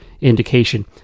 indication